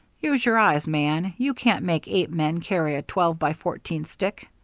use your eyes, man you can't make eight men carry a twelve-by-fourteen stick.